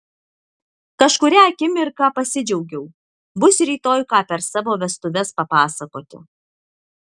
kažkurią akimirką pasidžiaugiau bus rytoj ką per savo vestuves papasakoti